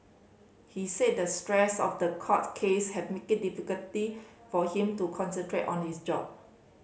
he said the stress of the court case have made it difficulty for him to concentrate on his job